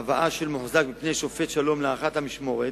הבאה של מוחזק בפני שופט שלום להארכת המשמורת,